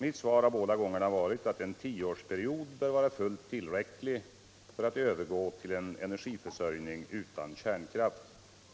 Mitt svar har båda gångerna varit att en tioårsperiod bör vara fullt tillräcklig för övergång till en energiförsörjning utan kärnkraft.